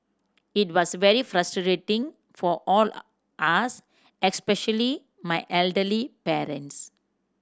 it was very frustrating for all us especially my elderly parents